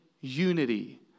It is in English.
unity